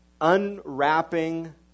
unwrapping